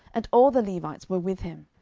and all the levites were with him,